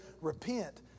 repent